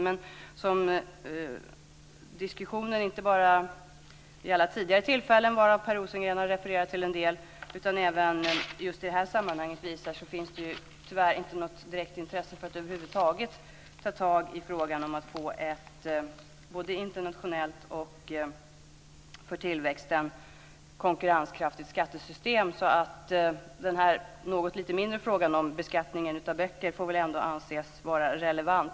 Men som diskussionen inte bara vid alla tidigare tillfällen, varav Per Rosengren har refererat till en del, utan även just denna visar, finns det tyvärr inte något direkt intresse för att över huvud taget ta tag i frågan om ett både internationellt och för tillväxten konkurrenskraftigt skattesystem. Den något mindre frågan om beskattningen av böcker får väl ändå anses vara relevant.